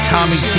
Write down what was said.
Tommy